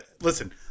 Listen